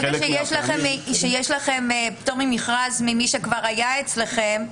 ברגע שיש לכם פטור ממכרז ממי שכבר היה אצלכם,